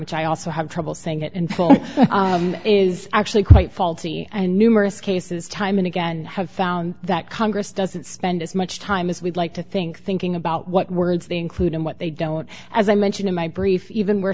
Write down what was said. which i also have trouble saying it in full is actually quite faulty and numerous cases time and again have found that congress doesn't spend as much time as we'd like to think thinking about what words they include and what they don't as i mentioned in my brief even where